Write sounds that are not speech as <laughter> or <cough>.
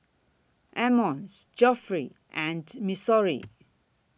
Emmons Geoffrey and Missouri <noise>